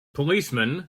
policemen